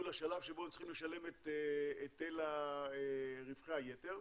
לשלב שבו הם צריכים לשלם את היטל רווחי היתר,